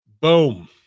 Boom